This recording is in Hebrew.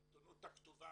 והעתונות הכתובה,